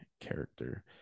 character